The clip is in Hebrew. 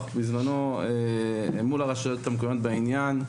בזמנו מול הרשויות המקומיות בעניין.